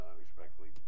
respectfully